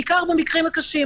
בעיקר במקרים הקשים.